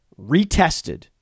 retested